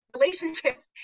relationships